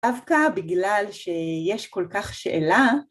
דווקא בגלל שיש כל כך שאלה,